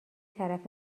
طرف